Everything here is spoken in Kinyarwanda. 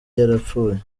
yarapfuye